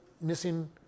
missing